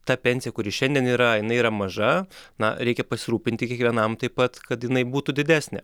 ta pensija kuri šiandien yra jinai yra maža na reikia pasirūpinti kiekvienam taip pat kad jinai būtų didesnė